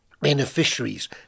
beneficiaries